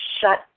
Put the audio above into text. shut